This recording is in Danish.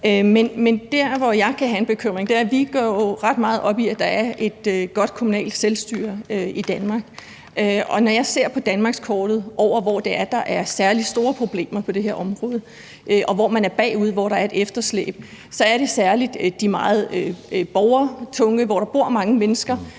det bedre. Men jeg kan have en bekymring, for vi går jo ret meget op i, at der er et godt kommunalt selvstyre i Danmark, og når jeg ser på danmarkskortet over, hvor det er, der er særlig store problemer på det her område, og hvor man er bagud og der er et efterslæb, så er det særlig de meget borgertunge områder, hvor der bor mange mennesker.